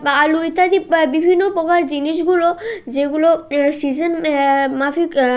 বা আলু ইত্যাদি বা বিভিন্ন প্রকার জিনিসগুলো যেগুলো সিজন মাফিক